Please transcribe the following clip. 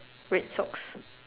red socks